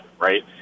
right